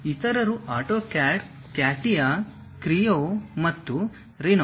ಇತರರು AutoCAD CATIA Creo ಮತ್ತು rhino